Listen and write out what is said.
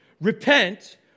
Repent